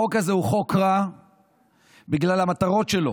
החוק הזה הוא חוק רע בגלל המטרות שלו.